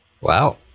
wow